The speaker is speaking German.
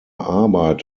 arbeit